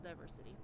diversity